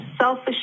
Selfish